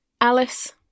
Alice